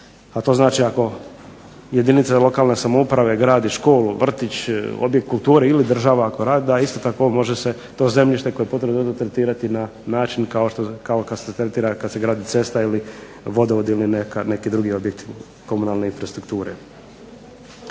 a to znači ako jedinica lokalne samouprave gradi školu, vrtić, objekt kulture ili država ako radi, da isto tako može se to zemljište koje je potrebno tretirati na način kao kad se tretira kad se gradi cesta ili vodovod ili neki drugi objekti komunalne infrastrukture.